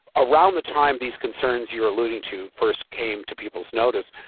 around the time these concerns you're alluding to first came to people's notice.